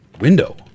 Window